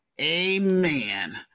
Amen